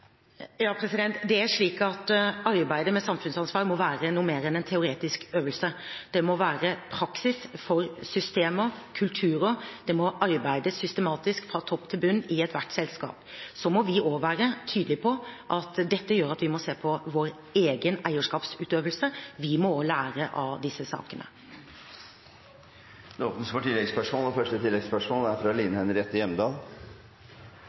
Ja, arbeidet med samfunnsansvar må være noe mer enn en teoretisk øvelse; det må være praksis for systemer, kulturer, og det må arbeides systematisk fra topp til bunn i ethvert selskap. Så må vi også være tydelige på at dette gjør at vi må se på vår egen eierskapsutøvelse. Vi må også lære av disse sakene. Det åpnes for